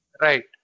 Right